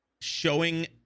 showing